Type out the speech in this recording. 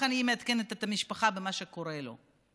היא מעדכנת את המשפחה במה שקורה לו.